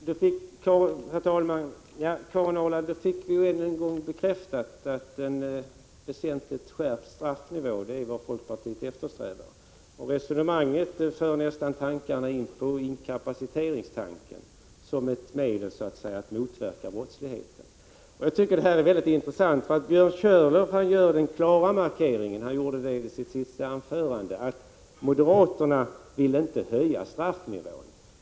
Herr talman! Vi fick, Karin Ahrland, än en gång bekräftat att folkpartiet eftersträvar en väsentligt skärpt straffnivå. Resonemanget för oss nästan in på inkapaciteringstanken som ett medel att motverka brottsligheten. I sitt senaste anförande gjorde Björn Körlof den klara markeringen att moderaterna inte vill höja straffnivån.